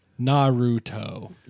Naruto